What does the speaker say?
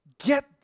get